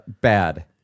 bad